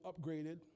upgraded